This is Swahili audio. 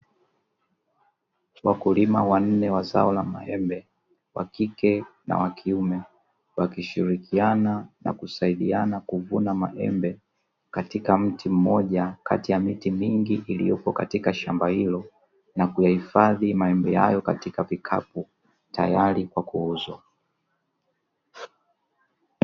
Wakulima wanne wa zao la maembe wakike na wakiume wakishirikiana na kusaidiana kuvuna maembe katika mti mmoja kati ya miti mingi iliyopo katika shamba hilo, na kuyahifadhi maembe hayo katika vikapu tayari kwa kuuzwa.